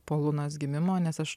po lunos gimimo nes aš